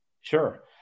Sure